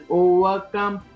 overcome